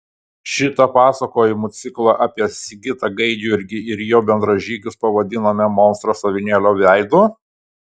šitą pasakojimų ciklą apie sigitą gaidjurgį ir jo bendražygius pavadinome monstras avinėlio veidu